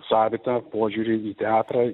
savitą požiūrį į teatrą